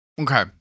Okay